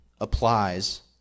applies